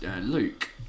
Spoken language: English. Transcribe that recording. Luke